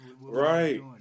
Right